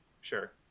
sure